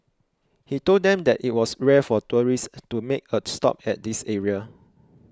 he told them that it was rare for tourists to make a stop at this area